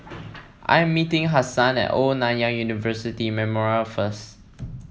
I am meeting Hassan at Old Nanyang University Memorial first